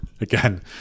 again